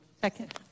Second